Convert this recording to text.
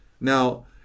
Now